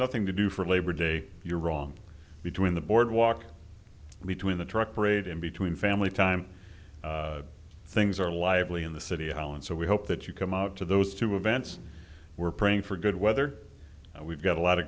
nothing to do for labor day you're wrong between the boardwalk between the truck parade and between family time things are lively in the city hall and so we hope that you come out to those two events we're praying for good weather and we've got a lot of